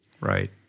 Right